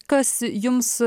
kas jums